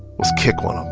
was kick one um